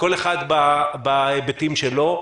כל אחד בהיבטים שלו.